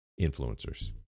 Influencers